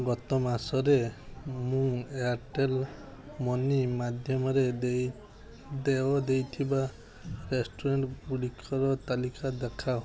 ଗତ ମାସରେ ମୁଁ ଏୟାର୍ଟେଲ୍ ମନି ମାଧ୍ୟମରେ ଦେୟ ଦେଇଥିବା ରେଷ୍ଟୁରାଣ୍ଟ୍ଗୁଡ଼ିକର ତାଲିକା ଦେଖାଅ